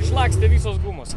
išlakstė visos gumos